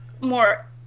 more